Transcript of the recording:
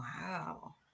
Wow